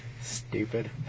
Stupid